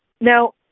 Now